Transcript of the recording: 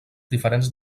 diferents